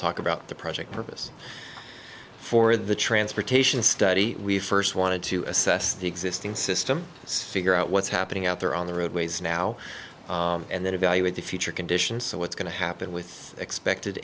talk about the project purpose for the transportation study we first wanted to assess the existing system figure out what's happening out there on the roadways now and then evaluate the future conditions so what's going to happen with expected